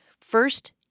First